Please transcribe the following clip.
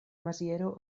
maziero